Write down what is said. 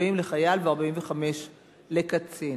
40 לחייל ו-45 לקצין.